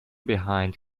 behind